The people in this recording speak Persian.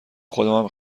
خودمم